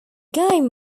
game